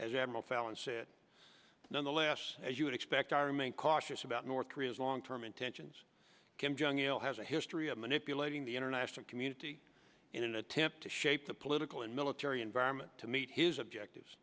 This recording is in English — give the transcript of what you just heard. said nonetheless as you would expect i remain cautious about north korea's long term intentions kim jong il has a history of manipulating the international community in an attempt to shape the political and military environment to meet his objective